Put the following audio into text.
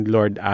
Lord